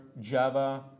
Java